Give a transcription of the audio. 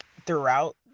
throughout